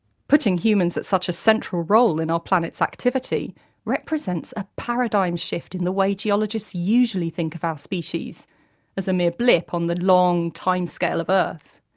putting humans at such a central role in our planet's activity represents a paradigm shift in the way geologists usually think of our species as a mere blip on the long timescale of earth.